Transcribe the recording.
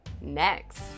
next